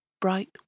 bright